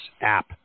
app